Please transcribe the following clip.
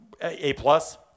A-plus